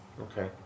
Okay